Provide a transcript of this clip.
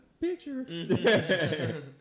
picture